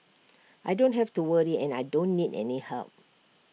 I don't have to worry and I don't need any help